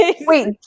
Wait